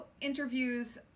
interviews